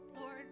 Lord